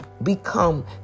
become